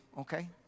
okay